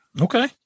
Okay